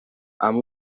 amb